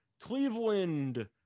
Cleveland